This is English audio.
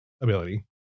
ability